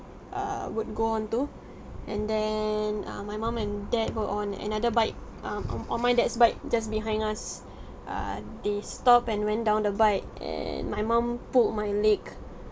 err would go on to and then uh my mom and dad were on another bike um on on my dad's bike just behind us (err)and they stop and went down the bike and my mum pulled my leg